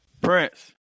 Prince